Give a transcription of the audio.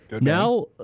now